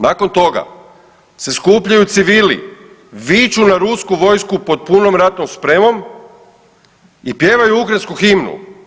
Nakon toga se skupljaju civili, viču na rusku vojsku pod punom ratnom spremom i pjevaju ukrajinsku himnu.